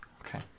Okay